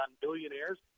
billionaires